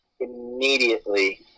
immediately